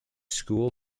school